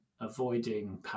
avoiding